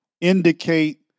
indicate